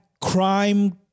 crime